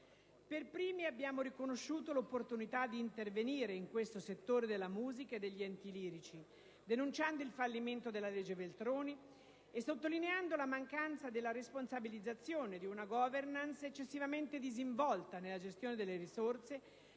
Per primi abbiamo riconosciuto l'opportunità di intervenire in questo settore della musica e degli enti lirici, denunciando il fallimento della legge Veltroni e sottolineando la mancanza della responsabilizzazione di una *governance* eccessivamente disinvolta nella gestione delle risorse,